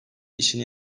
işini